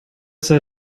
sei